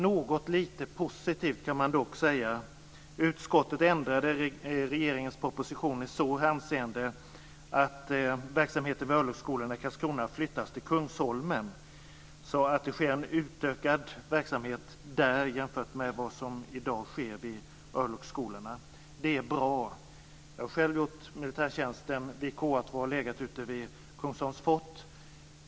Något lite positivt kan man dock säga. Utskottet ändrade regeringens proposition i det hänseendet att verksamheten vid örlogsskolorna i Karlskrona flyttas till Kungsholmen, så att det kommer att ske en utökad verksamhet där jämfört med vad som i dag sker vid örlogsskolorna. Det är bra. Jag har själv gjort militärtjänsten vid KA 2 och har legat ute vid Kungsholms fort.